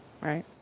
right